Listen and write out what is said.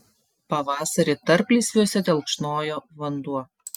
pavasarį tarplysviuose telkšnojo vanduo